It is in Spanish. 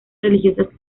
religiosas